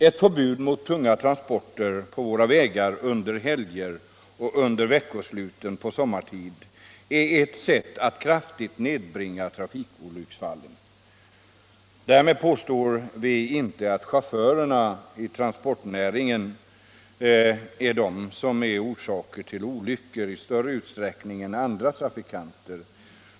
Ett förbud mot tunga transporter på våra vägar under helger och under veckoslut sommartid är ett sätt att kraftigt nedbringa antalet trafikolycksfall. Därmed påstår vi inte att chaufförerna inom transportnäringen orsakar olyckor i större utsträckning än andra trafikanter.